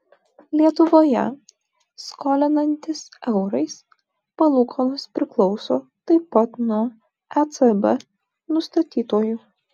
lietuvoje skolinantis eurais palūkanos priklauso taip pat nuo ecb nustatytųjų